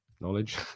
knowledge